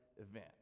event